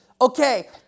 Okay